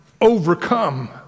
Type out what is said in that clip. overcome